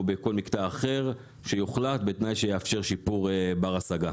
בכל מקטע אחר שיוחלט בתנאי שיאפשר שיפור בר השגה,